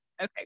okay